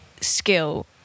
skill